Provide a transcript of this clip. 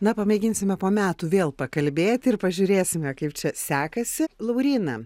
na pamėginsime po metų vėl pakalbėti ir pažiūrėsime kaip čia sekasi lauryna